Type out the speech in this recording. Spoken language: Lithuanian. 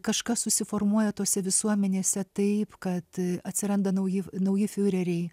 kažkas susiformuoja tose visuomenėse taip kad atsiranda nauji nauji fiureriai